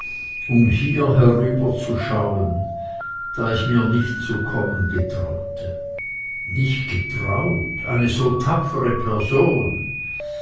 um hier herüberzuschauen da ich mir nicht zu kommen getraute nicht getraut eine so tapfere person